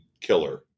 killer